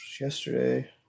yesterday